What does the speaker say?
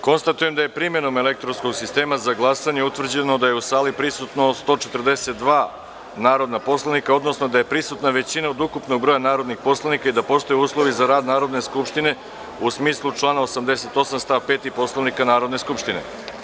Konstatujem da je, primenom elektronskog sistema za glasanje, utvrđeno da su u sali prisutna 142 narodna poslanika, odnosno da je prisutna većina od ukupnog broja narodnih poslanika i da postoje uslovi za rad Narodne skupštine u smislu člana 88. stav 5. Poslovnika Narodne skupštine.